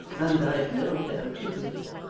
and i've no doubt you will.